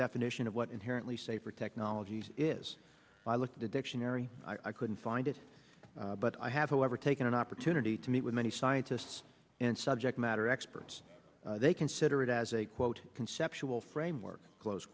definition of what inherently safer technology is by look at the dictionary i couldn't find it but i have however taken an opportunity to meet with many scientists and subject matter experts they consider it as a quote conceptual framework close